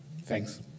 Thanks